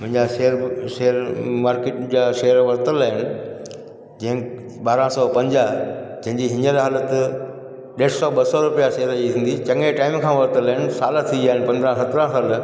मुंहिंजा share share market जा share वरितलु आहिनि जीअं ॿारहां सौ पंजाहु तंहिंजी हींअर हालति ॾेढ सौ ॿ सौ रुपया शेयर जी थींदी चङे टाइम खां वरितलु आहिनि साल थी विया आहिनि पंद्रहां सतरहां साल